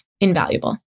invaluable